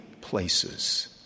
places